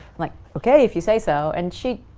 like okay, if you say so! and she,